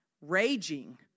raging